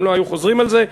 הם לא היו חוזרים על זה.